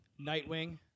Nightwing